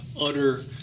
utter